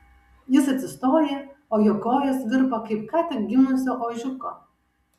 jis atsistoja o jo kojos virpa kaip ką tik gimusio ožiuko